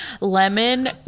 lemon